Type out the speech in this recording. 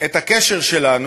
והתחושה הזאת,